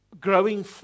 growing